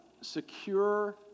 secure